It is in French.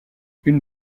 une